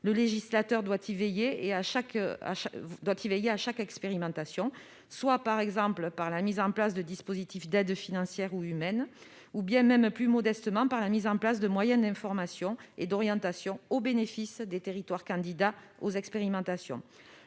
Le législateur doit y veiller à chaque expérimentation, par la mise en place de dispositifs d'aides financières ou de moyens humains ou, plus modestement, de moyens d'information et d'orientation au bénéfice des territoires candidats aux expérimentations.